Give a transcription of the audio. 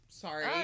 Sorry